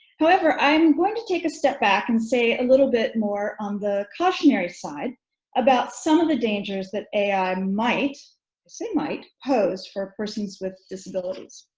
however i'm going to take a step back and say a little bit more on the cautionary side about some of the dangers that a i might say might pose for persons with disabilities.